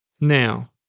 Now